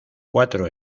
cuatro